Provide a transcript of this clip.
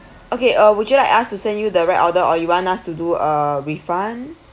okay uh would you like us to send you the right order or you want us to do a refund